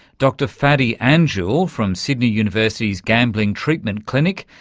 dr fadi anjoul from sydney university's gambling treatment clinic,